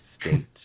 state